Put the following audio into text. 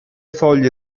foglie